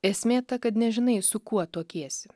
esmė ta kad nežinai su kuo tuokiesi